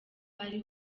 ari